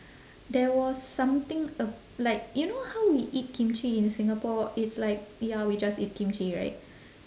there was something uh like you know how we eat kimchi in singapore it's like ya we just eat kimchi right